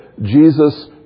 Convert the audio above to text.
Jesus